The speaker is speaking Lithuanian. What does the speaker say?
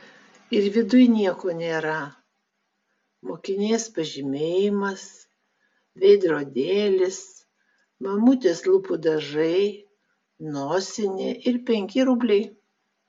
ir viduj nieko nėra mokinės pažymėjimas veidrodėlis mamutės lūpų dažai nosinė ir penki rubliai